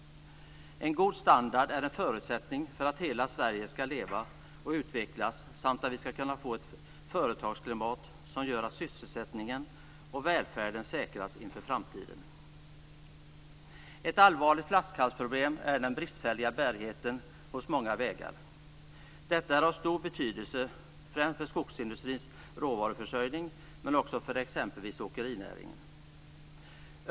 En god standard är en förutsättning för att hela Sverige skall leva och utvecklas samt för att vi skall kunna få ett företagsklimat som gör att sysselsättningen och välfärden säkras inför framtiden. Ett allvarligt flaskhalsproblem är den bristfälliga bärigheten hos många vägar. Detta är av stor betydelse främst för skogsindustrins råvaruförsörjning men också för exempelvis åkerinäringen.